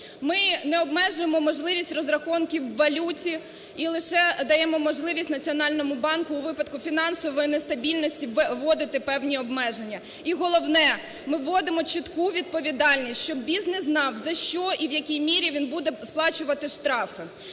Ми не обмежуємо можливість розрахунків в валюті і лише даємо можливість Національному банку у випадку фінансової нестабільності вводити певні обмеження. І, головне, ми вводимо чітку відповідальність, щоб бізнес знав за що і в якій мірі він буде сплачувати штрафи.